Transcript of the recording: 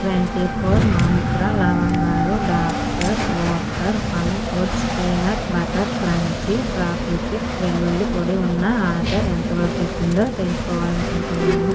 twenty four Mantra లవంగాలు doctor Oetker fun foods peanut butter crunchy Prakritik వెల్లుల్లి పొడి ఉన్న ఆర్డర్ ఎంతవరకు వచ్చిందో తెలుసుకోవాలి అనుకుంటున్నాను